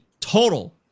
Total